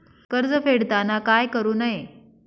कर्ज फेडताना काय करु नये?